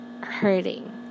hurting